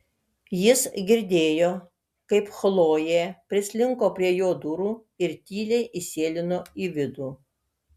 jis girdėjo kaip chlojė prislinko prie jo durų ir tyliai įsėlino į vidų